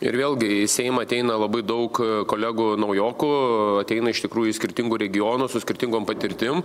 ir vėlgi į seimą ateina labai daug kolegų naujokų ateina iš tikrųjų iš skirtingų regionų su skirtingom patirtim